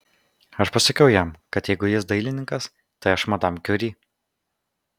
aš pasakiau jam kad jeigu jis dailininkas tai aš madam kiuri